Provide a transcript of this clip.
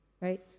Right